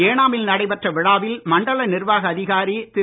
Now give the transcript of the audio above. ஏனாமில் நடைபெற்ற விழாவில் மண்டல நிர்வாக அதிகாரி திரு